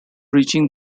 reaching